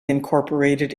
incorporated